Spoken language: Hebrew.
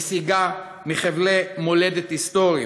נסיגה מחבלי מולדת היסטוריים,